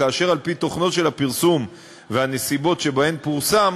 כאשר על-פי תוכנו של הפרסום והנסיבות שבהן פורסם